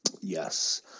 Yes